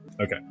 Okay